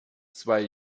zwei